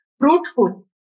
fruitful